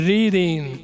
Reading